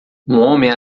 homem